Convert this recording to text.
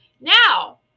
Now